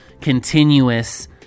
continuous